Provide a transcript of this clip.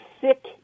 sick